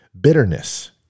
bitterness